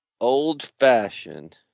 old-fashioned